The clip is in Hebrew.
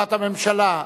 תשובת הממשלה.